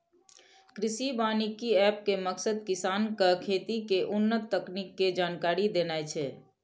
कृषि वानिकी एप के मकसद किसान कें खेती के उन्नत तकनीक के जानकारी देनाय छै